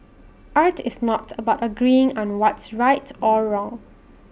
art is not about agreeing on what's right or wrong